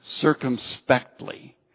circumspectly